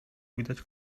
widać